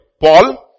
Paul